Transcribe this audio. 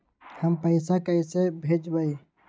हम पैसा कईसे भेजबई?